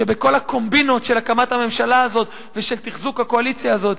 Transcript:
שבכל הקומבינות של הקמת הממשלה הזאת ושל תחזוק הקואליציה הזאת,